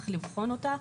צריך לבחון אותה.